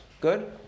Good